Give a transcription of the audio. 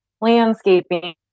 landscaping